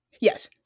Yes